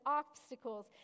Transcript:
obstacles